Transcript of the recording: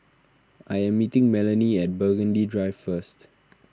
I am meeting Melony at Burgundy Drive first